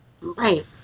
Right